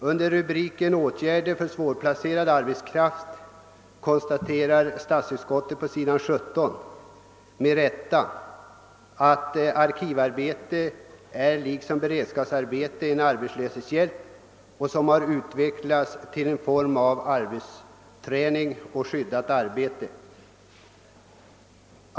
Under rubriken »Speciella åtgärder för svårplacerad arbetskraft» konstaterar statsutskottet på s. 17 i sitt utlåtande nr 58 med rätta, att arkivarbete liksom beredskapsarbete är en arbetslöshetshjälp som har utvecklats till en form av arbetsträning och skyddat arbete.